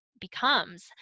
becomes